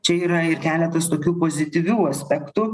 čia yra ir keletas tokių pozityvių aspektų